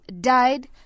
died